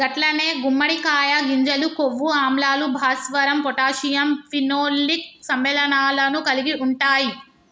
గట్లనే గుమ్మడికాయ గింజలు కొవ్వు ఆమ్లాలు, భాస్వరం పొటాషియం ఫినోలిక్ సమ్మెళనాలను కలిగి ఉంటాయి